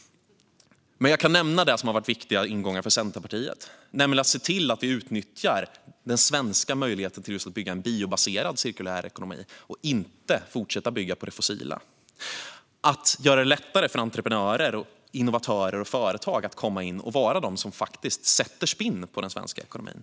Men jag kan nämna det som har varit viktiga ingångar för Centerpartiet. Det är att se till att vi utnyttjar den svenska möjligheten att bygga en biobaserad cirkulär ekonomi och inte fortsätter bygga på det fossila. Det är att göra det lättare för entreprenörer, innovatörer och företag att komma in och vara de som faktiskt sätter spinn på den svenska ekonomin.